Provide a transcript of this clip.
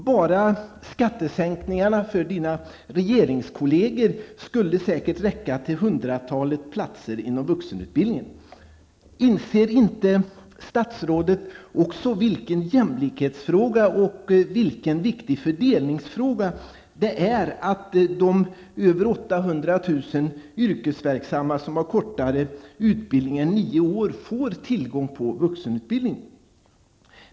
Bara skattesänkningarna för Beatrice Asks regeringskollegor skulle säkert räcka till ett hundratal platser inom vuxenutbildningen. Inser inte statsrådet vilken jämlikhets och fördelningspolitisk fråga det är att de över 800 000 år får tillgång till vuxenutbildning?